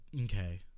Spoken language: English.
okay